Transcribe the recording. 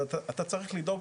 אז אתה צריך לדאוג